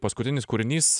paskutinis kūrinys